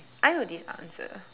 I know this answer